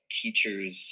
teachers